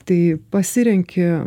tai pasirenki